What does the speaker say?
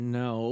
no